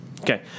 Okay